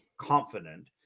confident